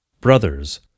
Brothers